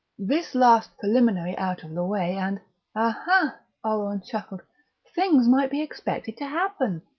this last preliminary out of the way, and aha! oleron chuckled things might be expected to happen!